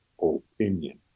opinion